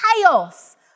chaos